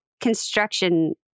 construction